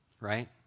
right